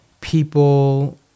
people